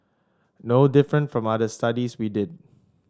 no different from other studies we did